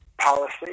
policy